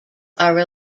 are